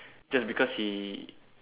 just because he